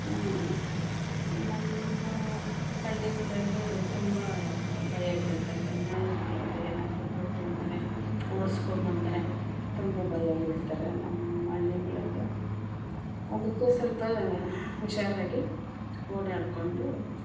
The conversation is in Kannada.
ನಮ್ಮ ಹಳ್ಳಿಗಳಲ್ಲಿ ತುಂಬ ಭಯ ಬೀಳ್ತಾರೆ ನಾಯಿಗಳು ಏನಾದ್ರೂ ಹೋಗು ಅಂದರೆ ಓಡಿಸ್ಕೊಂಡ್ಬಂದ್ರೆ ತುಂಬ ಭಯ ಬೀಳ್ತಾರೆ ನಮ್ಮ ಹಳ್ಳಿಗಳಲ್ಲಿ ಅದಕ್ಕೆ ಸ್ವಲ್ಪ ಹುಷಾರಾಗಿ ಓಡಾಡಿಕೊಂಡು